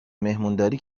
مهمونداری